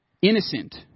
Innocent